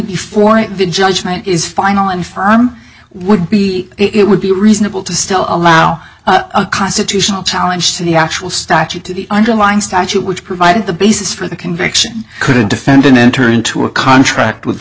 before the judgement is final and firm would be it would be reasonable to still allow a constitutional challenge to the actual statute to the underlying statute which provided the basis for the conviction could a defendant enter into a contract with the